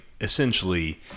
essentially